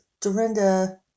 Dorinda